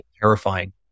terrifying